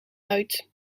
uit